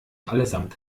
allesamt